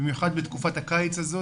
במיוחד בתקופת הקיץ הזו,